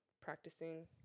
practicing